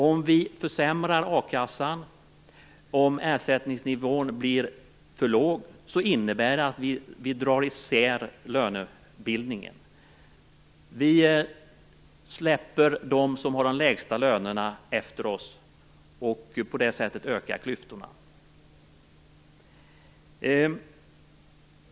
Om vi försämrar a-kassan, om ersättningsnivån blir för låg, innebär det att vi drar isär lönebildningen. Vi släpper dem som har de lägsta lönerna efter oss, och på det sättet ökar klyftorna.